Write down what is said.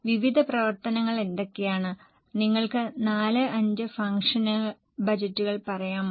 വിവിധ പ്രവർത്തനങ്ങൾ എന്തൊക്കെയാണ് നിങ്ങൾക്ക് 4 5 ഫംഗ്ഷണൽ ബജറ്റുകൾ പറയാമോ